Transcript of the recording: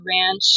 Ranch